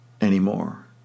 anymore